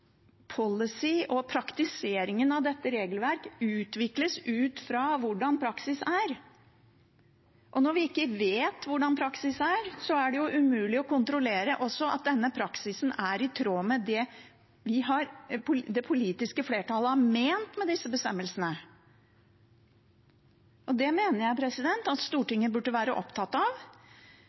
policy og praktisering av regelverk utvikles ut fra hvordan praksis er. Når vi ikke vet hvordan praksis er, er det umulig å kontrollere også at denne praksisen er i tråd med det det politiske flertallet har ment med disse bestemmelsene. Det mener jeg at Stortinget burde være opptatt av.